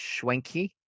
Schwenke